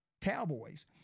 Cowboys